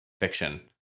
fiction